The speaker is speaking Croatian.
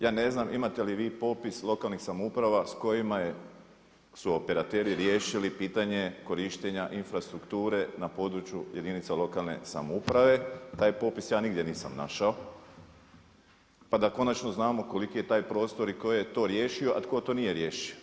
Ja ne znam imate li vi popis lokalnih samouprava s kojima su operateri riješili pitanje korištenja infrastrukture na području jedinica lokalne samouprave, taj popisa ja nigdje nisam našao, pa da konačno znamo koliki je taj prostor i tko je to riješio, a tko to nije riješio.